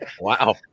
Wow